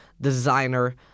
designer